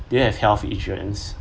do you have health insurance